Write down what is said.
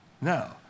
No